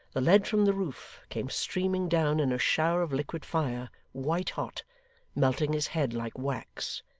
the lead from the roof came streaming down in a shower of liquid fire, white hot melting his head like wax.